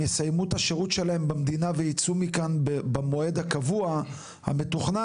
יסיימו את השירות שלהם במדינה ויצאו מכאן במועד הקבוע המתכונן